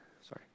Sorry